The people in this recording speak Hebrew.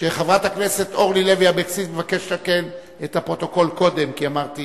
אני מבקש לתקן את הפרוטוקול קודם, כי אמרתי